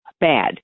bad